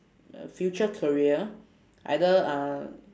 a future career either uh